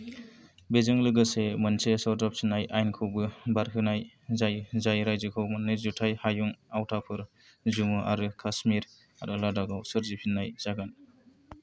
बेजों लोगोसे मोनसे सरजाबफिन्नाय आइनखौबो बारहोनाय जायो जाय रायजोखौ मोन्नै जुथाइ हायुं आवथाफोर जम्मु आरो कासमिर आरो लडाखआव सोरजिफिन्नाय जागोन